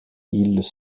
ils